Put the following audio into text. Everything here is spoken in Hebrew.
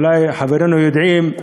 אולי חברינו יודעים,